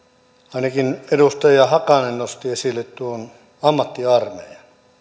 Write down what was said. ainakin edustaja hakanen nosti esille tuon ammattiarmeijan